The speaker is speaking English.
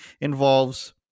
involves